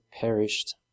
perished